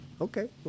Okay